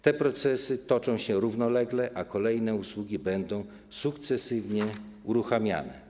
Te procesy toczą się równolegle, a kolejne usługi będą sukcesywnie uruchamiane.